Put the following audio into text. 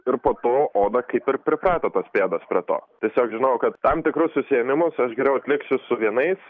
ir po to oda kaip ir priprato tos pėdas prie to tiesiog žinojau kad tam tikrus užsiėmimus aš geriau atliksiu su vienais